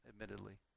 admittedly